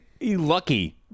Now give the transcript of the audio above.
Lucky